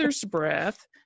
breath